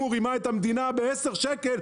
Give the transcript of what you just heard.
שאם הוא רימה את המדינה ב-10 שקלים,